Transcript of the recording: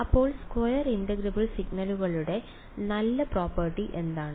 അപ്പോൾ square integrable സിഗ്നലുകളുടെ നല്ല പ്രോപ്പർട്ടി എന്താണ്